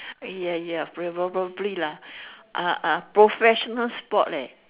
ya ya favorably lah uh uh professional sport leh